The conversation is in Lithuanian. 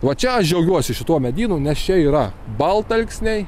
va čia aš džiaugiuosi šituo medynų nes čia yra baltalksniai